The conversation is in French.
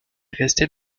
restait